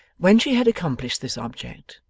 when she had accomplished this object,